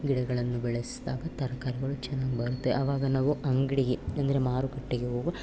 ಗಿಡಗಳನ್ನು ಬೆಳೆಸಿದಾಗ ತರಕಾರಿಗಳು ಚೆನ್ನಾಗಿ ಬರುತ್ತೆ ಅವಾಗ ನಾವು ಅಂಗಡಿಗೆ ಅಂದರೆ ಮಾರುಕಟ್ಟೆಗೆ ಹೋಗೊ